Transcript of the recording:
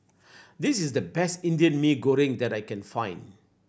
this is the best Indian Mee Goreng that I can find